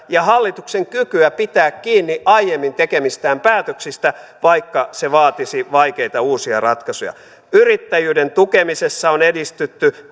ja hallituksen kykyä pitää kiinni aiemmin tekemistään päätöksistä vaikka se vaatisi vaikeita uusia ratkaisuja yrittäjyyden tukemisessa on edistytty